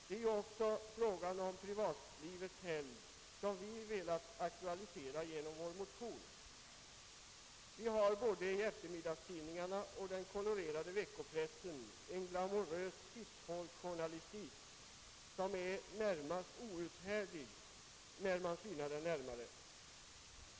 Det är också frågan om privatlivets helgd som vi velat aktualisera genom våra motioner. I båda eftermiddagstidningarna och den kolorerade veckopressen frodas en glamourös titthålsjournalistik, som är närmast outhärdlig när man synar den närmare.